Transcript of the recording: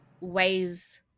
ways